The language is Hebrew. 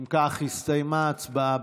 אם כך, הסתיימה ההצבעה.